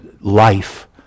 life